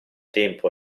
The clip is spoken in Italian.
tempo